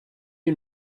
you